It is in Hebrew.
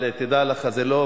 זאת יהודה ושומרון, שהיא בעצם